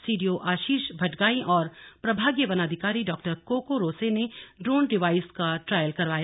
CDO Ashish Bhatgain और प्रभागीय वनाधिकारी डॉ कोको रोसे ने ड्रोन डिवाईस का ट्रॉयल करवाया